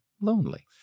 lonely